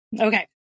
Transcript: okay